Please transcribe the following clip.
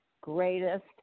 greatest